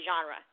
genre